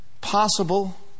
possible